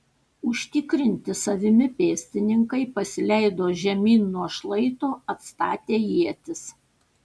užtikrinti savimi pėstininkai pasileido žemyn nuo šlaito atstatę ietis